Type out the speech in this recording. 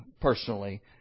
personally